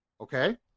Okay